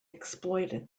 exploited